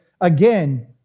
Again